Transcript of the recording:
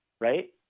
right